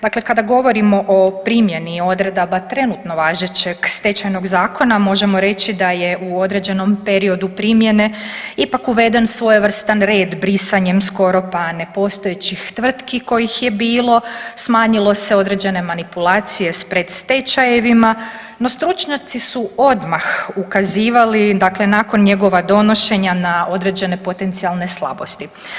Dakle kada govorimo o primjeni odredaba trenutno važećeg Stečajnog zakona, možemo reći da je u određenom periodu primjene ipak uveden svojevrstan red brisanjem skoro pa nepostojećih tvrtki kojih je bilo, smanjile se određene manipulacije s predstečajevima, no stručnjaci su odmah ukazivali, dakle nakon njegova donošenja na određene potencijalne slabosti.